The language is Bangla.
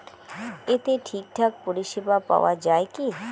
এতে ঠিকঠাক পরিষেবা পাওয়া য়ায় কি?